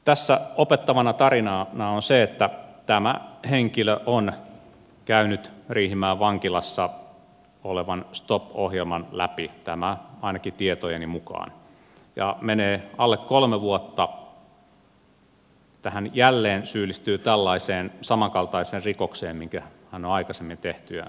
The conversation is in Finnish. tässä opettavana tarinana on se että tämä henkilö on käynyt riihimäen vankilassa olevan stop ohjelman läpi ainakin tietojeni mukaan ja menee alle kolme vuotta että hän jälleen syyllistyy tällaiseen samankaltaiseen rikokseen minkä hän on aikaisemmin tehnyt ja mistä on tuomittu